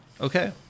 Okay